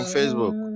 Facebook